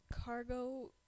cargo